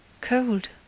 Cold